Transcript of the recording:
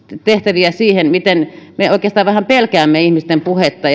tehtäviä liittyen siihen miten me oikeastaan vähän pelkäämme ihmisten puhetta